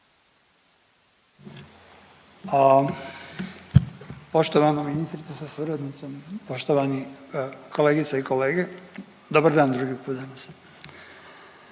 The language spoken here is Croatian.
Poštovana ministrice sa suradnicom, poštovani kolegice i kolege, dobar dan drugi put danas.